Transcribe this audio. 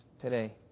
today